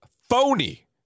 phony